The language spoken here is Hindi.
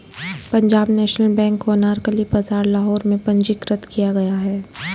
पंजाब नेशनल बैंक को अनारकली बाजार लाहौर में पंजीकृत किया गया था